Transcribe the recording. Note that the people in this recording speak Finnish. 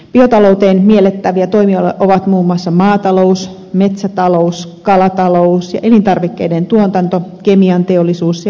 biotaloudeksi miellettäviä toimia ovat muun muassa maatalous metsätalous kalatalous ja elintarvikkeiden tuotanto kemianteollisuus ja biopolttoaineet